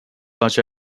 such